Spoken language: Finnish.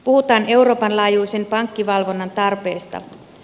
puhutaan euroopan laajuisen pankkivalvonnan tarpeesta